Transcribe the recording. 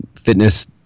fitness